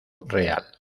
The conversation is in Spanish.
real